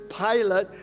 pilot